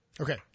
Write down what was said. Okay